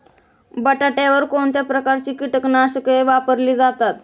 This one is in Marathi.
बटाट्यावर कोणत्या प्रकारची कीटकनाशके वापरली जातात?